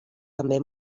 també